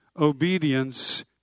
obedience